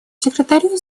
секретарю